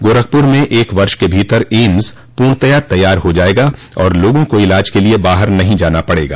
गोरखपूर में एक वर्ष के भीतर एम्स पूर्णतयाः तैयार हो जायेगा और लोगों को इलाज के लिए बाहर नहीं जाना पड़ेगा